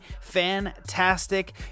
fantastic